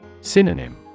Synonym